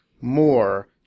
more